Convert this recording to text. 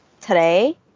today